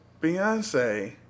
Beyonce